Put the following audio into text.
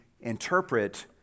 interpret